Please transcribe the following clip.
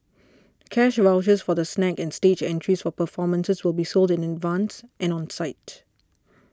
cash vouchers for the snacks and stage entries for performances will be sold in advance and on site